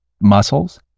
muscles